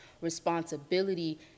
responsibility